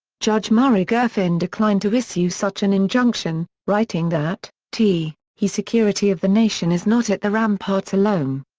judge murray gurfein declined to issue such an injunction, writing that t he security of the nation is not at the ramparts alone.